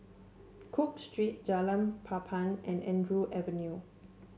Cook Street Jalan Papan and Andrew Avenue